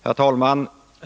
Herr talman!